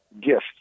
gift